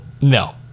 No